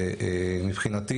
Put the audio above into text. ומבחינתי,